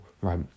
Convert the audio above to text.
right